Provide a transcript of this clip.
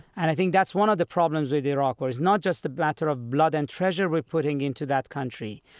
and i think that's one of the problems with iraq where it's not just the matter sort of blood and treasure we're putting into that country,